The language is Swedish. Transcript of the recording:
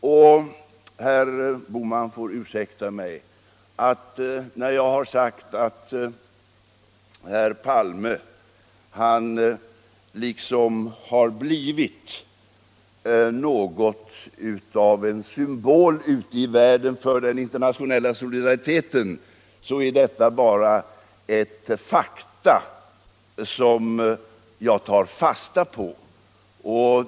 Herr Bohman får ursäkta, men när jag säger att herr Palme ute i världen har blivit något av en symbol för den internationella solidariteten. så är detta bara ett faktum som jag har tagit fasta på.